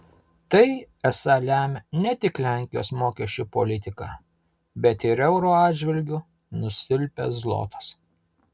tai esą lemia ne tik lenkijos mokesčių politika bet ir euro atžvilgiu nusilpęs zlotas